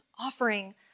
offering